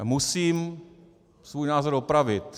Musím svůj názor opravit.